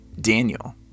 Daniel